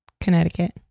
connecticut